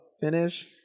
finish